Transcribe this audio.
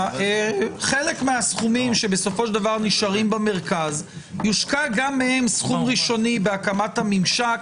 שחלק מהסכומים שנשארים במרכז יושקע גם מהם סכום ראשוני בהקמת הממשק,